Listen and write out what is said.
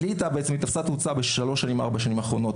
ליטא תפסה תאוצה בשלוש-ארבע השנים האחרונות.